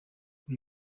ibi